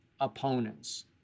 opponents